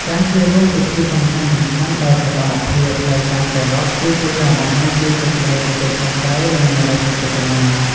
ការចូលរួមពិធីសំខាន់ៗដោយសកម្មភាព ដោយការគោរព គឺជាការបង្ហាញពីសេចក្ដីទទួលខុសត្រូវ និងមនោសញ្ចេតនា។